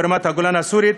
ברמת-הגולן הסורית.